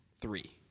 three